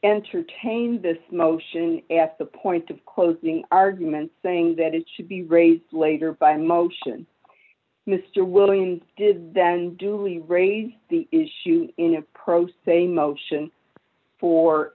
entertain this motion asked the point of closing arguments saying that it should be raised later by motion mr williams did then duly raised the issue in a pro se motion for